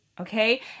Okay